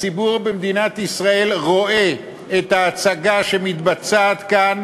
הציבור במדינת ישראל רואה את ההצגה שמתבצעת כאן,